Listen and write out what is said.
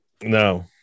No